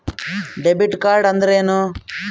Debit ಕಾರ್ಡ್ಅಂದರೇನು?